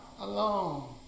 alone